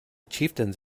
chieftains